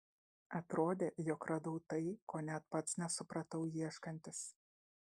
atrodė jog radau tai ko net pats nesupratau ieškantis